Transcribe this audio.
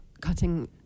cutting